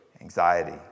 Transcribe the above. anxiety